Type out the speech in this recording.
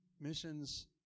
missions